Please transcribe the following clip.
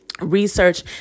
Research